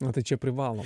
na tai čia privalo